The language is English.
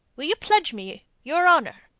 will you pledge me your honour,